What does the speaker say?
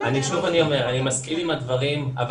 אני שוב אומר שאני מסכים עם הדברים אבל